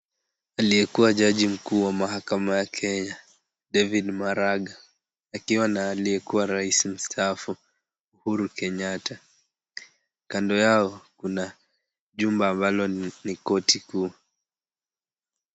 Aliyekuwa jaji mkuu wa mahakama ya Kenya David Maraga akiwa na aliyekuwa rais mstaafu Uhuru Kenyatta. Kando yao kuna jumba ambalo ni koti kuu.